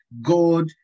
God